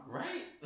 right